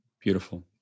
beautiful